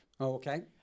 Okay